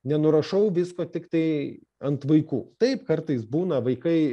nenurašau visko tiktai ant vaikų taip kartais būna vaikai